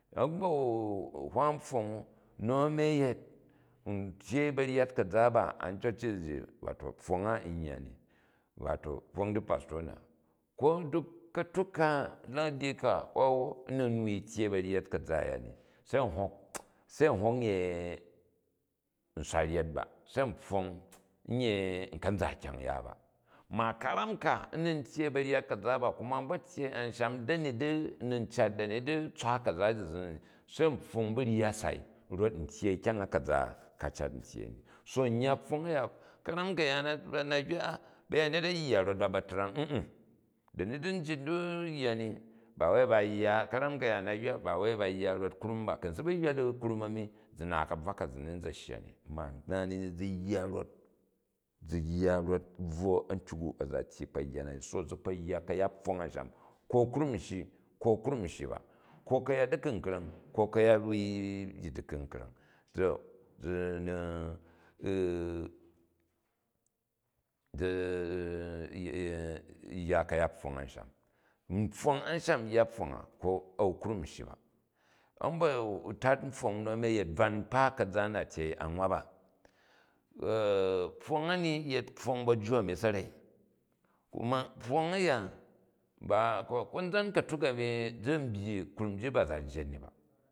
Abahwa pfong u, nu sani ayet, n tyyei tanyet ka̱za ba an churches ji wate pfong a n ugani wata ofing dipastor na. Ko duk ka̱tuk lahadi ko n ni wui tyyei banyet ka̱za a̱ya ni se n hok, se n ye usual njet ba se n pfong nya n ka̱n za kyang ya ba. Ma karani ka nni tyyei baryt kaza ba kuma ni ba̱ tyyei a̱nsam dani dinni cat dani di tbim ka̱za zin se n pfong bu iya sai rot n tyyai kyang a ka̱za, ka cat n tyyei ni. So n yya pfong a̱ya, ka̱rar kaffan ba na hyna ta̱yanyet a̱yya rot ba brang ee dani di njit nm yye ni, ba wai ba yya, ka̱ram ka̱jaan n na hywa ba f wai ba yga rot krum. Ku̱ n si bu hyna di krum ami zi naal ka̱bvwa ka zi ni n za shya i ma na ni ni zi yya rot. Zi yya rot zi bvwo a̱ntyok u a̱ za tyyi kpo kpo yya na ni. So zi kpo yya kayat pfong ansham, ko krum n shyi, ko krum n syi ba, ko kayat di ku̱mkra̱ng ko ka̱yal wui yyi diku̱kra̱ng. To zi ni u̱ zi yya kayat pfing asham. N pfong ansham yya ofing a au krum n shyi ba. A̱mbatar ofing nu a̱ni a̱ yet bam kpa ka̱za na tyei an wap a pfong ani yet pfong bajju ani sarei kuma pfong aya ba konzan ka̱tuk ani zi n bajju krum ji ba